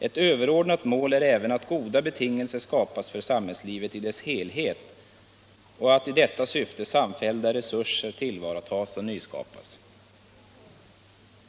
—-—-- ett överordnat mål är även att goda betingelser skapas för samhällslivet i dess helhet och att i detta syfte samfällda resurser tillvaratas och nyskapas.